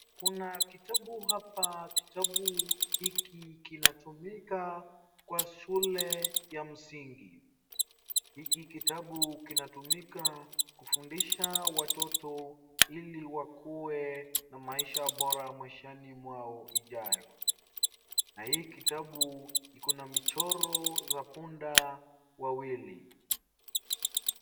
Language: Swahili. Kuna kitabu hapa. Kitabu hiki kinatumika kwa shule ya msingi. Hiki kitabu kinatumika kufundisha watoto ili wakuwe na masiha bora maishani mwao ijayo. Na hii ktabu iko na michoro za punda wawili.